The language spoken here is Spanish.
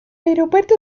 aeropuerto